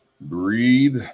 Breathe